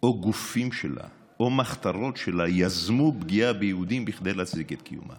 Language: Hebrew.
או גופים שלה או מחתרות שלה יזמו פגיעה ביהודים כדי להצדיק את קיומה.